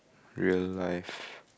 realise